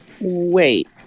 Wait